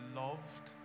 loved